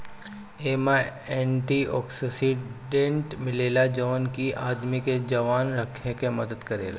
एमे antioxidant मिलेला जवन की आदमी के जवान रखे में मदद करेला